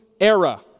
era